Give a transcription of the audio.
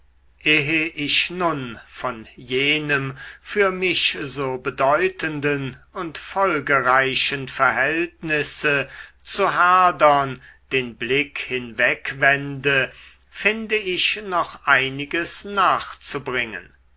ich nun von jenem für mich so bedeutenden und folgereichen verhältnisse zu herdern den blick hinwegwende finde ich noch einiges nachzubringen